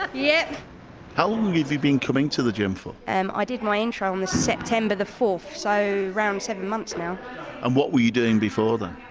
but yeah how long have you been coming to the gym for? um i did my intro on the september fourth, so around seven months now and what were you doing before that?